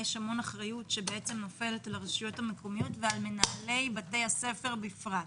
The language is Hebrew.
יש המון אחריות שנופלת על הרשויות המקומיות ועל מנהלי בתי הספר בפרט.